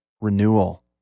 renewal